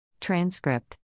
Transcript